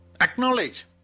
Acknowledge